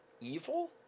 evil